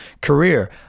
career